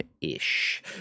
Ish